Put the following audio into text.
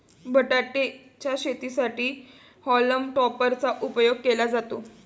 बटाटे च्या शेतीसाठी हॉल्म टॉपर चा उपयोग केला जातो